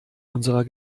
unserer